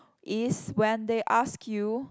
is when they ask you